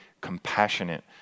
compassionate